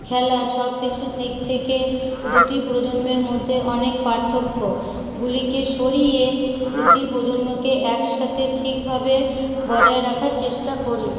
খেলা সবকিছুর দিক থেকে দুটি প্রজন্মের মধ্যে অনেক পার্থক্য গুলিকে সরিয়ে দুটি প্রজন্মকে একসাথে ঠিকভাবে বজায় রাখার চেষ্টা করি